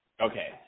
Okay